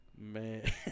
Man